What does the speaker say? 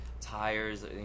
tires